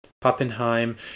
pappenheim